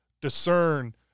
discern